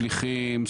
שליחים,